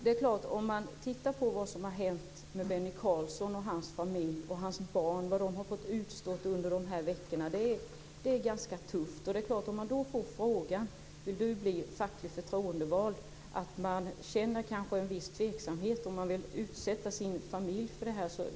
Det som Benny Karlsson, hans familj och barn har blivit utsatta för dessa veckor är tufft. Om man då får frågan om man vill bli fackligt förtroendevald, kan man känna en viss tveksamhet för om man vill utsätta sin familj för det.